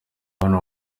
hano